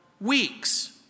weeks